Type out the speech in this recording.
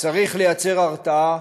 צריך לייצר הרתעה,